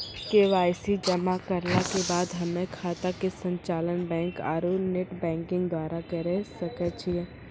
KYC जमा करला के बाद हम्मय खाता के संचालन बैक आरू नेटबैंकिंग द्वारा करे सकय छियै?